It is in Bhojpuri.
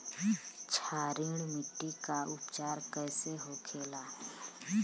क्षारीय मिट्टी का उपचार कैसे होखे ला?